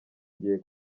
ngiye